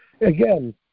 Again